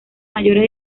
mayores